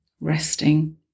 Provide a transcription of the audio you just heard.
resting